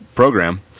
Program